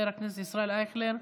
חבר הכנסת ישראל אייכלר,